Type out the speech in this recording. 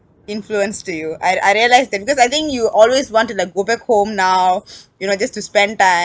influence to you I I realise that because I think you always want to like go back home now you know just to spend time